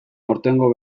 aurtengo